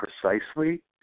precisely